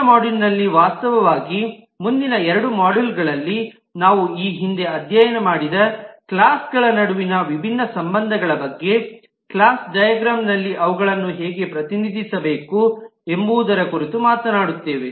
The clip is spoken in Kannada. ಮುಂದಿನ ಮಾಡ್ಯೂಲ್ನಲ್ಲಿ ವಾಸ್ತವವಾಗಿ ಮುಂದಿನ ಎರಡು ಮಾಡ್ಯೂಲ್ಗಳಲ್ಲಿ ನಾವು ಈ ಹಿಂದೆ ಅಧ್ಯಯನ ಮಾಡಿದ ಕ್ಲಾಸ್ಗಳ ನಡುವಿನ ವಿಭಿನ್ನ ಸಂಬಂಧಗಳ ಬಗ್ಗೆ ಕ್ಲಾಸ್ ಡೈಗ್ರಾಮ್ನಲ್ಲಿ ಅವುಗಳನ್ನು ಹೇಗೆ ಪ್ರತಿನಿಧಿಸಬೇಕು ಎಂಬುದರ ಕುರಿತು ಮಾತನಾಡುತ್ತೇವೆ